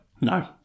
No